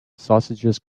sausages